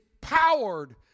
powered